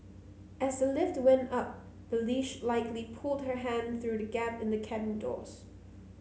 as the lift went up the leash likely pulled her hand through the gap in the cabin doors